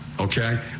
Okay